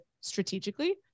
strategically